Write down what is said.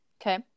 Okay